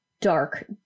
dark